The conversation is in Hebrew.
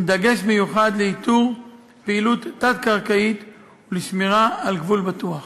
בדגש מיוחד באיתור פעילות תת-קרקעית ובשמירה על גבול בטוח.